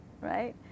right